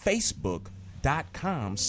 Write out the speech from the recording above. Facebook.com